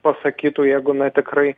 pasakytų jeigu na tikrai